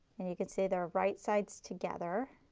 and you can see the right sides together